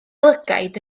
lygaid